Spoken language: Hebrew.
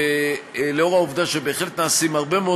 ולאור העובדה שבהחלט נעשים הרבה מאוד